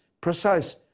precise